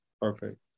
perfect